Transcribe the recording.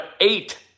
eight